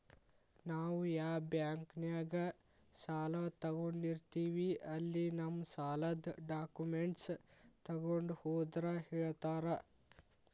ನಾವ್ ಯಾ ಬಾಂಕ್ನ್ಯಾಗ ಸಾಲ ತೊಗೊಂಡಿರ್ತೇವಿ ಅಲ್ಲಿ ನಮ್ ಸಾಲದ್ ಡಾಕ್ಯುಮೆಂಟ್ಸ್ ತೊಗೊಂಡ್ ಹೋದ್ರ ಹೇಳ್ತಾರಾ